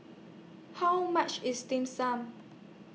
How much IS Dim Sum